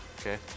Okay